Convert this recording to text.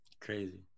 Crazy